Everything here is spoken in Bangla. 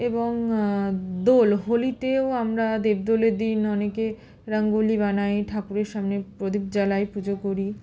এবং দোল হোলিতেও আমরা দেবদোলের দিন অনেকে রঙ্গোলি বানাই ঠাকুরের সামনে প্রদীপ জ্বালাই পুজো করি